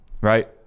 right